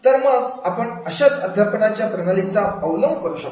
तर मग आपण अशाच अध्यापनाच्या प्रणालीचा अवलंब करू शकतो